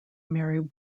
mary